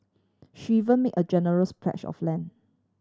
she even made a generous pledge of land